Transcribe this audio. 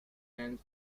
and